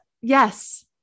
Yes